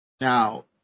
Now